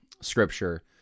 Scripture